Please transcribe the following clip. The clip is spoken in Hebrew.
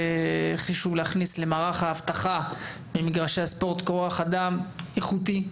להכניס למערך האבטחה במגרשי הספורט כוח אדם איכותי.